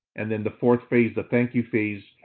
and then the fourth phase, the thank you phase,